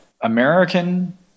American